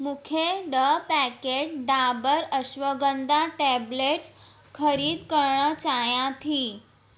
मूंखे ॾह packet Dabur ashwagandha tablets ख़रीद करणु चाहियां थी